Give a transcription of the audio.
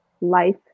life